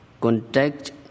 contact